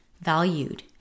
valued